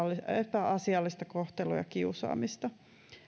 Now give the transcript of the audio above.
epäasiallista kohtelua ja kiusaamista